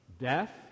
Death